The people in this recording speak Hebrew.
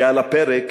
ועל הפרק: